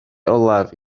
olaf